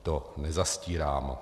To nezastírám.